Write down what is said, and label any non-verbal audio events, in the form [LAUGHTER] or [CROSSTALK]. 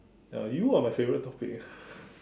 ya you are my favourite topic [LAUGHS]